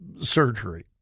surgery